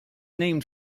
named